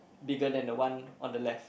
bigger than the one on the left